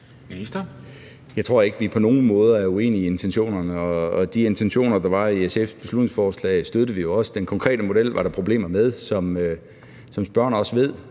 Jeg tror ikke, at vi på nogen måder er uenige i intentionerne, og de intentioner, der var i SF's beslutningsforslag, støttede vi jo også. Den konkrete model var der problemer med, som spørgeren også ved,